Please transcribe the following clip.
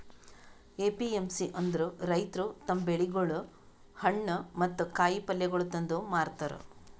APMC ಅಂದುರ್ ರೈತುರ್ ತಮ್ ಬೆಳಿಗೊಳ್, ಹಣ್ಣ ಮತ್ತ ಕಾಯಿ ಪಲ್ಯಗೊಳ್ ತಂದು ಮಾರತಾರ್